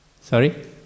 Sorry